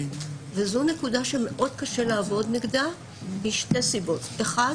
וזו נקודה שמאוד קשה לעבוד נגדה משתי סיבות: האחת,